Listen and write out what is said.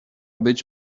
być